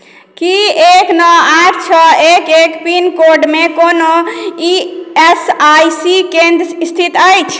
की एक नओ आठ छओ एक एक पिनकोडमे कोनो ई एस आई सी केन्द्र स्थित अछि